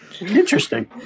Interesting